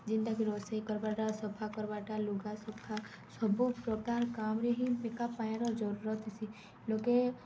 ଯେନ୍ଟାକି ରୋଷେଇ କର୍ବାଟା ସଫା କର୍ବାଟା ଲୁଗାସୁଖା ସବୁ ପ୍ରକାର୍ କାମ୍ରେ ହିଁ ଏକା ପାଏନ୍ର ଜରୁରତ୍ ଥିସି ଲୋକେ